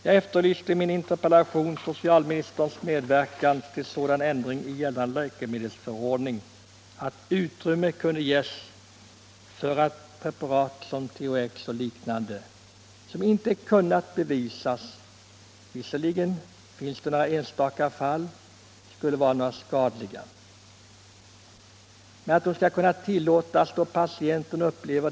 Jag efterlyste i min interpellation socialministerns medverkan till sådan ändring i gällande läkemedelsförordning att utrymme kunde ges för preparat som THX och liknande, som inte annat än möjligen i något enstaka fall kunnat bevisas vara i något hänseende skadliga.